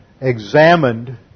examined